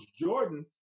Jordan